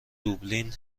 دوبلین